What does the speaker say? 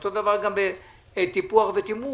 אותו דבר גם בטיפוח ותמרוץ.